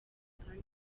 kandi